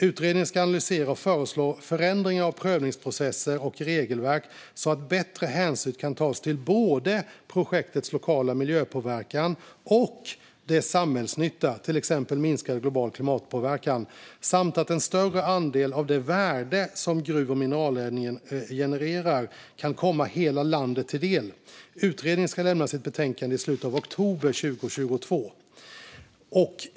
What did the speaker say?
Utredningen ska analysera och föreslå förändringar av prövningsprocesser och regelverk så att bättre hänsyn kan tas både till ett projekts lokala miljöpåverkan och till dess samhällsnytta, till exempel minskad global klimatpåverkan, samt att en större andel av det värde som gruv och mineralnäringen genererar kan komma hela landet till del. Utredningen ska lämna sitt betänkande i slutet av oktober 2022.